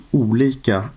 olika